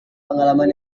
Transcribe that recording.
pengalaman